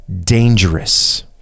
dangerous